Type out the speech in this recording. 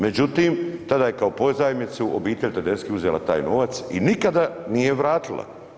Međutim, tada je kao pozajmicu obitelj Tedesci uzela taj novac i nikada nije vratila.